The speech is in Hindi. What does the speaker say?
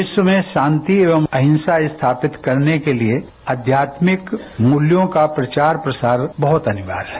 विश्व में शांति एवं अहिंसा स्थापित करने के लिए आध्यात्मिक मूल्यों का प्रचार प्रसार बहुत अनिवार्य है